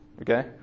Okay